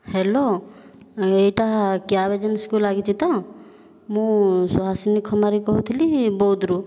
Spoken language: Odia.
ହ୍ୟାଲୋ ଏହିଟା କ୍ୟାବ୍ ଏଜେନ୍ସିକୁ ଲାଗିଛି ତ ମୁଁ ସୁହାସିନୀ ଖମାରି କହୁଥିଲି ବୌଦ୍ଦରୁ